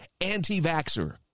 anti-vaxxer